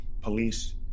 police